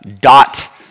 dot